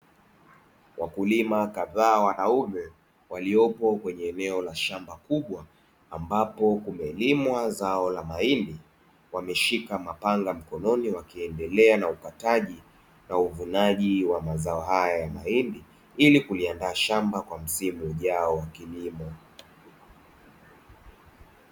Wakulima kadhaa wanaume waliopo kwenye eneo la shamba kubwa ambapo kumelimwa zao la mahindi, wameshika mapanga mkononi wakiendelea na ukataji na uvunaji wa mazao hayo ya mahindi, ili kuliandaa shamba na msimu ujao wa mazao.